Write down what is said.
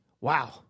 Wow